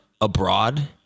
abroad